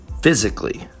Physically